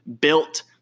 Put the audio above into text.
built